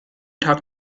tag